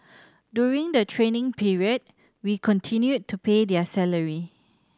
during the training period we continue to pay their salary